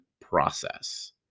process